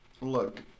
Look